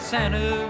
Santa